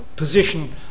position